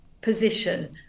position